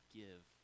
give